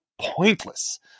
pointless